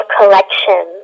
collection